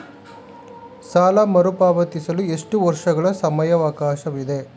ಸಾಲ ಮರುಪಾವತಿಸಲು ಎಷ್ಟು ವರ್ಷಗಳ ಸಮಯಾವಕಾಶವಿದೆ?